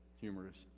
humorous